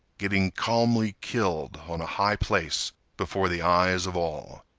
getting calmly killed on a high place before the eyes of all.